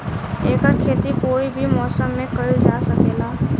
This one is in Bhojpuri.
एकर खेती कोई भी मौसम मे कइल जा सके ला